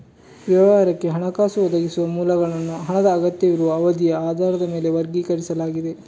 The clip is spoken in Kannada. ವ್ಯವಹಾರಕ್ಕೆ ಹಣಕಾಸು ಒದಗಿಸುವ ಮೂಲಗಳನ್ನು ಹಣದ ಅಗತ್ಯವಿರುವ ಅವಧಿಯ ಆಧಾರದ ಮೇಲೆ ವರ್ಗೀಕರಿಸಲಾಗಿದೆ